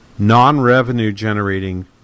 Non-revenue-generating